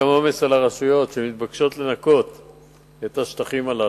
גם לעומס על הרשויות שמתבקשות לנקות את השטחים הללו.